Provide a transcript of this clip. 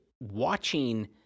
watching